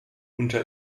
unter